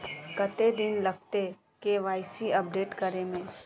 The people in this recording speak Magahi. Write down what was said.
कते दिन लगते के.वाई.सी अपडेट करे में?